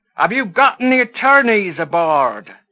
have you got any attorneys aboard?